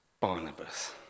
Barnabas